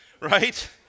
right